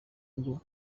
ngo